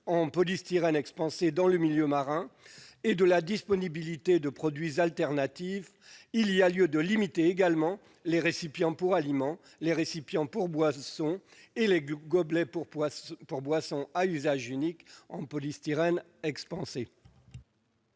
en polystyrène expansé dans le milieu marin et de la disponibilité de produits alternatifs, il y a lieu de limiter également les récipients pour aliments, les récipients pour boissons et les gobelets pour boissons à usage unique en polystyrène expansé